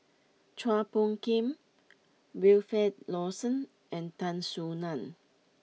Chua Phung Kim Wilfed Lawson and Tan Soo Nan